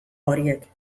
horiek